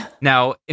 now